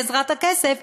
בעזרת הכסף,